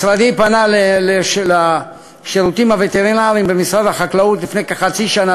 משרדי פנה לשירותים הווטרינריים במשרד החקלאות לפני כחצי שנה